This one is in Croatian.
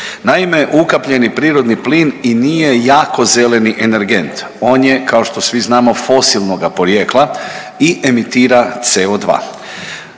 Naime, ukapljeni prirodni plin i nije jako zeleni energent. On je kao što svi znamo fosilnog porijekla i emitira CO2.